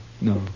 no